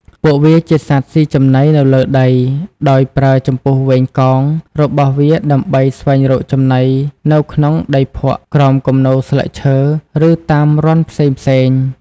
ពួកវាជាសត្វស៊ីចំណីនៅលើដី ដោយប្រើ ចំពុះវែងកោង របស់វាដើម្បីស្វែងរកចំណីនៅក្នុងដីភក់ ក្រោមគំនរស្លឹកឈើ ឬតាមរន្ធផ្សេងៗ។